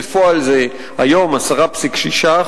בפועל זה היום 10.6%,